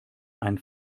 ein